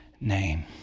name